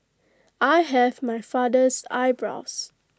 I have my father's eyebrows